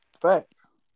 Facts